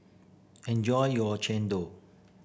enjoy your chendol